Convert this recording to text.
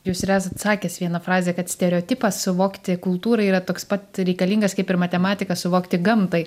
jūs ir esat sakęs vieną frazę kad stereotipas suvokti kultūrai yra toks pat reikalingas kaip ir matematika suvokti gamtai